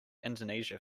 indonesia